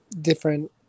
different